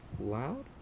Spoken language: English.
Loud